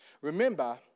Remember